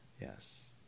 yes